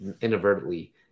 inadvertently